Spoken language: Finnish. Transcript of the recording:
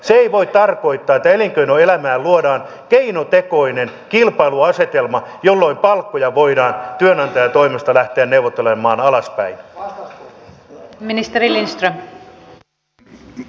se ei voi tarkoittaa että elinkeinoelämään luodaan keinotekoinen kilpailuasetelma jolloin palkkoja voidaan työnantajan toimesta lähteä neuvottelemaan alaspäin